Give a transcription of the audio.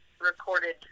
recorded